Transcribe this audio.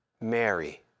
Mary